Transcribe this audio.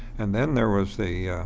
and then there was the